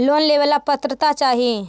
Loan लेवेला का पात्रता चाही?